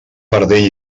perdent